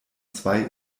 zwei